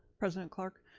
president clark,